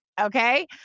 Okay